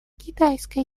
китайская